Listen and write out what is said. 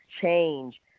change